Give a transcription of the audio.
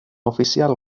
oficial